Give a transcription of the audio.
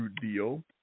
deal